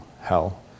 hell